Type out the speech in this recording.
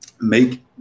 make